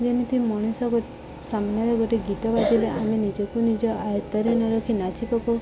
ଯେମିତି ମଣିଷ ସାମ୍ନାରେ ଗୋଟେ ଗୀତ ବାଜିଲେ ଆମେ ନିଜକୁ ନିଜ ଆୟତ୍ତରେ ନରଖି ନାଚି ପକଉ